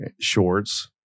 shorts